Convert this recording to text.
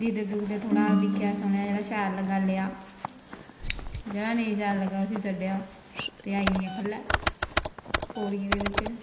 दिखदे दुखदे थोह्ड़ा दिक्खेआ सुनेआ जेह्ड़ा शैल लग्गेआ लेआ जेह्ड़ा नेईं शैल लग्गेआ ते उसी छड्डेआ ते आई गेइयां खल्लै पौड़ियें दे बिच्च